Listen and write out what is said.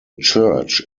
church